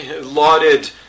lauded